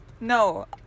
No